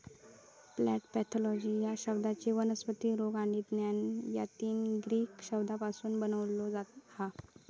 plant pathology ह्यो शब्द वनस्पती रोग आणि ज्ञान या तीन ग्रीक शब्दांपासून बनलो हा